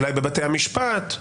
אולי בבתי משפט,